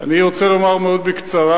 לא בלילה, אני רוצה לומר מאוד בקצרה.